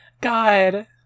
God